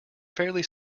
fairly